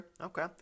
Okay